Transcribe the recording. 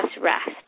rest